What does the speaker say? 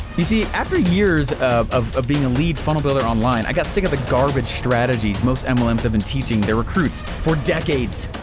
you see after years of ah being a lead funnel builder online i got sick of the garbage strategies most mlm's have been teaching their recruits for decades.